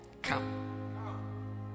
Come